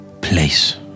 place